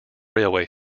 railway